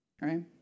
Right